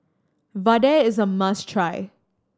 vadai is a must try